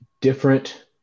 different